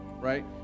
right